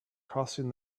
crossing